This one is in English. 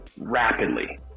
rapidly